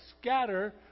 scatter